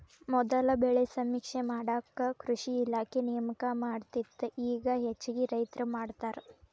ಮೊದಲ ಬೆಳೆ ಸಮೇಕ್ಷೆ ಮಾಡಾಕ ಕೃಷಿ ಇಲಾಖೆ ನೇಮಕ ಮಾಡತ್ತಿತ್ತ ಇಗಾ ಹೆಚ್ಚಾಗಿ ರೈತ್ರ ಮಾಡತಾರ